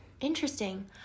interesting